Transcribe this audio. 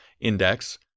index